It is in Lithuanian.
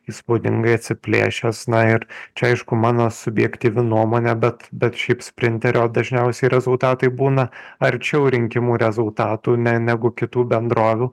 įspūdingai atsiplėšęs na ir čia aišku mano subjektyvi nuomonė bet bet šiaip sprinterio dažniausiai rezultatai būna arčiau rinkimų rezultatų ne negu kitų bendrovių